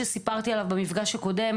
שסיפרתי עליו במפגש הקודם,